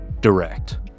direct